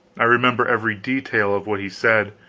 i remember every detail of what he said,